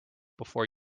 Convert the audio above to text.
before